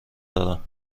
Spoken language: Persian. دارم